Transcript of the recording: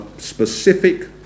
specific